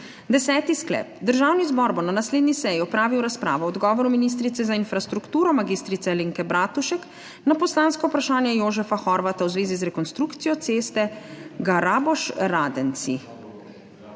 Deseti sklep: Državni zbor bo na naslednji seji opravil razpravo o odgovoru ministrice za infrastrukturo mag. Alenke Bratušek na poslansko vprašanje Jožefa Horvata v zvezi z rekonstrukcijo ceste Grabonoš–Radenci.